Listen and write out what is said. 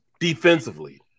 defensively